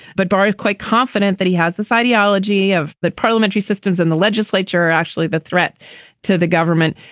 but barr quite confident that he has this ideology of but parliamentary systems and the legislature actually the threat to the government.